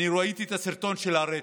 ראיתי את הסרטון של הרצח,